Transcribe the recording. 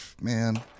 man